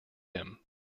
him